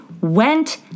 went